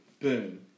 boom